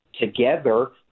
together